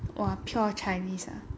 !wah! pure chinese ah